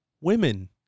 women